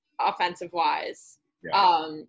offensive-wise